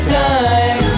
time